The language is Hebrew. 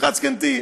שמחת זקנתי.